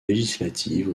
législative